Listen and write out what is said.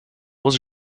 was